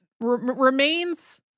remains